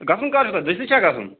گژھُن کر چھُو تۄہہِ دٔستی چھا گژھُن